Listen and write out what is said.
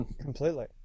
Completely